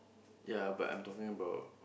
ya but I'm talking about